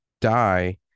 die